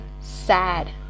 sad